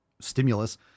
stimulus